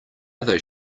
other